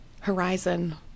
horizon